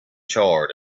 charred